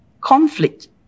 conflict